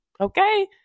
Okay